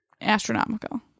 astronomical